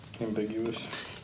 Ambiguous